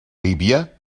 líbia